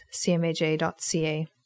cmaj.ca